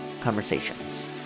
conversations